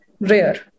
rare